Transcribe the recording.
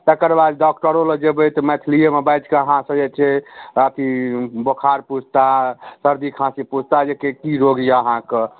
तकर बाद डॉक्टरो लग जेबै तऽ मैथलिएमे बाजिकऽ अहाँसँ जे छै अथी बोखार पुछता सर्दी खाँसी पुछता जे कि की रोग यऽ अहाँकऽ